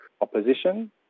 opposition